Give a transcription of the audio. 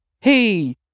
Hey